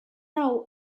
hau